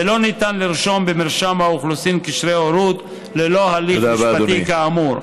ולא ניתן לרשום במרשם האוכלוסין קשרי הורות ללא הליך משפטי כאמור.